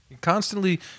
constantly